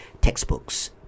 textbooks